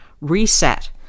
reset